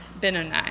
Benoni